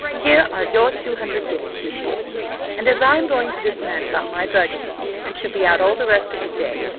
here are your two hundred guineas, miss portman and as i am going to this man about my burgundy, and shall be out all the rest of the day,